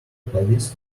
police